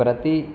प्रति